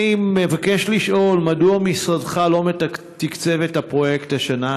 אני מבקש לשאול: 1. מדוע לא תקצב משרדך את הפרויקט השנה?